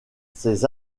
ces